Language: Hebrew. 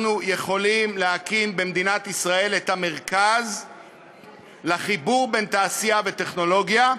אנחנו יכולים להקים במדינת ישראל את המרכז לחיבור תעשייה וטכנולוגיה.